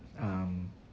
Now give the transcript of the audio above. um